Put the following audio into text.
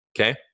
okay